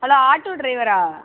hello auto டிரைவரா